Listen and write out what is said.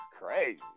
crazy